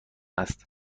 است